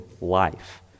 life